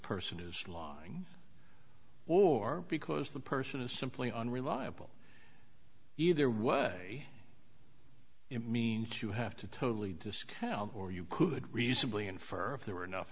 person is lying or because the person is simply unreliable either way it means to have to totally discount or you could reasonably infer if there were enough